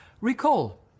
Recall